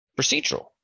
procedural